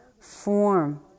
form